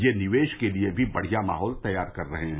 ये निवेश के लिए भी बढ़िया माहौल तैयार कर रहे हैं